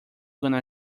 gonna